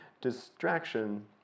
distraction